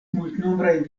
multnombrajn